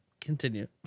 Continue